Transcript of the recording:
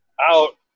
out